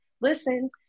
listen